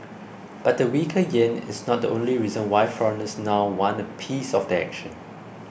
but weaker yen is not the only reason why foreigners now want a piece of the action